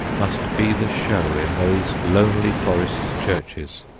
must be the show in those lonely forest churches,